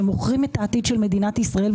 שמוכרים את העתיד של מדינת ישראל,